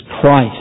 Christ